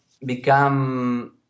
become